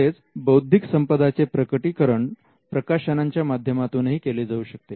तसेच बौद्धिक संपदा चे प्रकटीकरण प्रकाशनांच्या माध्यमातूनही केले जाऊ शकते